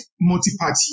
multi-party